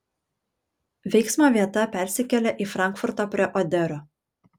veiksmo vieta persikelia į frankfurtą prie oderio